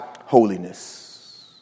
holiness